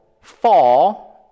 fall